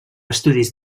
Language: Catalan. estudis